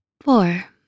Four